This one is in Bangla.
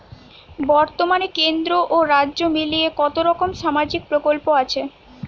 বতর্মানে কেন্দ্র ও রাজ্য মিলিয়ে কতরকম সামাজিক প্রকল্প আছে?